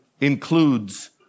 includes